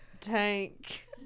tank